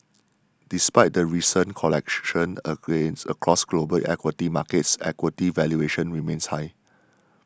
despite the recent correction across global equity markets equity valuations remain high